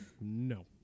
No